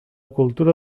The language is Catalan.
cultura